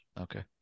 Okay